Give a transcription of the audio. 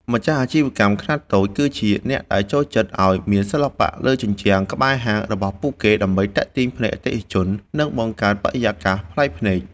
ម្ចាស់អាជីវកម្មខ្នាតតូច គឺជាអ្នកដែលចូលចិត្តឱ្យមានសិល្បៈលើជញ្ជាំងក្បែរហាងរបស់ពួកគេ ដើម្បីទាក់ទាញភ្នែកអតិថិជន និងបង្កើតបរិយាកាសប្លែកភ្នែក។